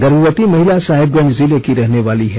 गर्भवती महिला साहिबगंज जिले की रहने वाली है